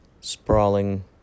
sprawling